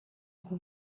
who